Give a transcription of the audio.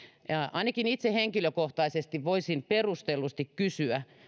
ainakin itse henkilökohtaisesti voisin perustellusti kysyä